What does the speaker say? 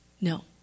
No